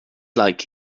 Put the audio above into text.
like